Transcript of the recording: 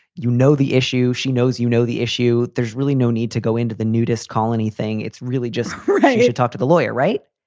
you know the issue. she knows you know the issue. there's really no need to go into the nudist colony thing. it's really just you should talk to the lawyer, right?